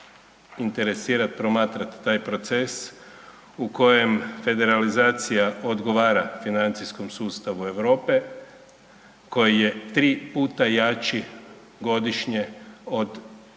interesirati promatrati taj proces u kojem federalizacija odgovara financijskom sustavu Europe koji je 3 puta jači godišnje od